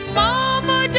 mama